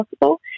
possible